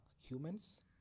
humans